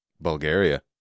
Bulgaria